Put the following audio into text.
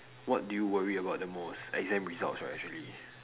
what do you worry about the most exam results right actually